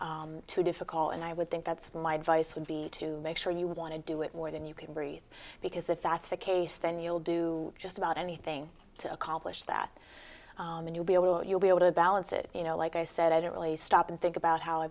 too difficult and i would think that's my advice would be to make sure you want to do it more than you can breathe because if that's the case then you'll do just about anything to accomplish that and you'll be able you'll be able to balance it you know like i said i didn't really stop and think about how i